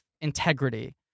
integrity